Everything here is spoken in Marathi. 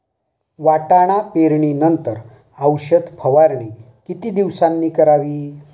वाटाणा पेरणी नंतर औषध फवारणी किती दिवसांनी करावी?